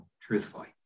truthfully